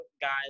guys